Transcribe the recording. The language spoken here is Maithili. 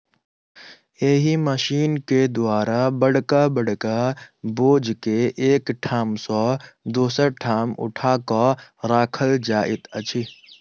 एहि मशीन के द्वारा बड़का बड़का बोझ के एक ठाम सॅ दोसर ठाम उठा क राखल जाइत अछि